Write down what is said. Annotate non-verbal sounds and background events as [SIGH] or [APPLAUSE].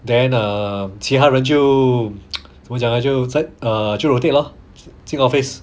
then err 其他人就 [NOISE] 怎么讲 leh 就在 err 就 rotate lor 进 office